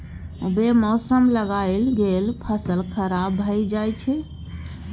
बे मौसम लगाएल गेल फसल खराब भए जाई छै